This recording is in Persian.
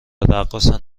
رقاصن